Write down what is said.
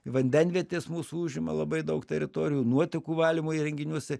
vandenvietės mūsų užima labai daug teritorijų nuotekų valymo įrenginiuose